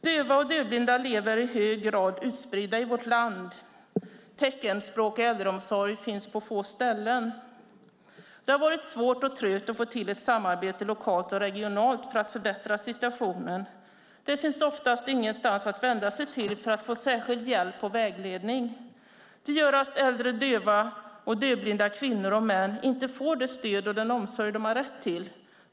Döva och dövblinda lever i hög grad utspridda i vårt land. Teckenspråkig äldreomsorg finns på få ställen. Det har varit svårt och trögt att få till ett samarbete lokalt och regionalt för att förbättra situationen. Det finns oftast ingenstans att vända sig till för att få särskild hjälp och vägledning. Det gör att äldre döva och dövblinda kvinnor och män inte får det stöd och den omsorg de har rätt till.